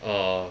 err